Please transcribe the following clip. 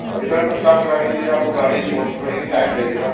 اتنا سب کام کرانے کے لیے آپ کو گاڑی چھورنی پڑے گی ٹائم لگے گا